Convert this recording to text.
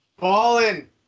Ballin